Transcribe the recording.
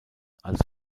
als